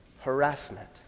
harassment